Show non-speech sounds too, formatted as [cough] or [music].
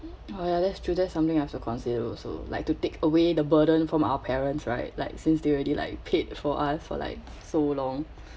[noise] oh ya that's true that's something I've to consider also like to take away the burden from our parents right like since they already like paid for us for like so long